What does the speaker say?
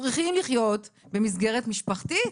צריכים לחיות במסגרת משפחתית,